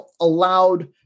allowed